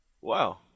Wow